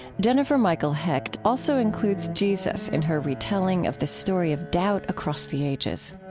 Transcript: jennifer michael hecht also includes jesus in her retelling of the story of doubt across the ages